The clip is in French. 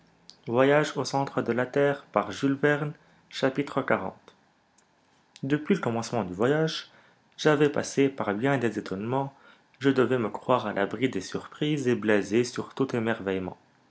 xl depuis le commencement du voyage j'avais passé par bien des étonnements je devais me croire à l'abri des surprises et blasé sur tout émerveillement